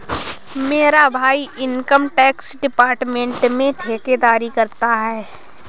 मेरा भाई income tax department में ठेकेदारी करता है